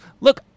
Look